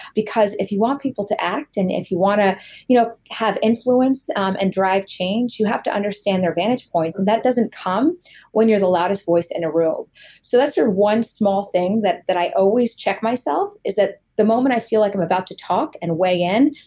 because if you want people to act and if you want to you know have influence um and drive change, you have to understand their vantage points and that doesn't come when you're the loudest voice in a room so that's your one small thing that that i always check myself, is that the moment i feel like i'm about to talk and weigh in,